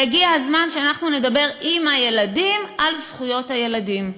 והגיע הזמן שאנחנו נדבר עם הילדים על זכויות הילדים.